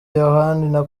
yohani